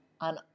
on